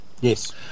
Yes